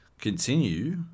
continue